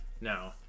No